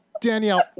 Danielle